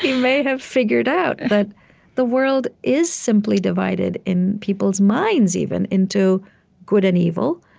may have figured out that the world is simply divided in people's minds, even, into good and evil.